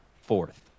fourth